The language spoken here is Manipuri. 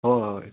ꯍꯣ ꯍꯣꯏ ꯍꯣꯏ